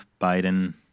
Biden